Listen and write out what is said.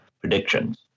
predictions